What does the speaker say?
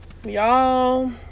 y'all